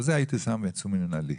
על זה הייתי שם עיצום מינהלי.